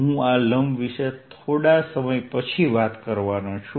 હું આ લંબ વિશે થોડા સમય પછી વાત કરીશ